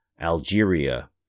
Algeria